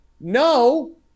No